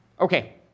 Okay